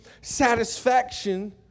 satisfaction